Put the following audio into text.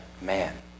man